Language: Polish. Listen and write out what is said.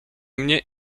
mnie